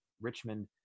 Richmond